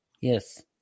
Yes